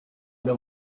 know